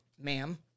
ma'am